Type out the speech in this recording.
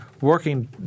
working